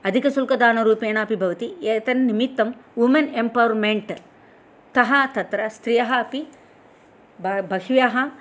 अधिकशुल्कदानरूपेणापि भवति एतन्निमित्तं women empowerment तः तत्र स्त्रियः अपि बह्व्यः